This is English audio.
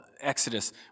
Exodus